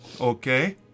okay